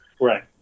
Right